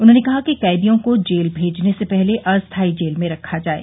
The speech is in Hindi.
उन्होंने कहा कि कैदियों को जेल भेजने से पहले अस्थाई जेल में रखा जाये